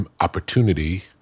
opportunity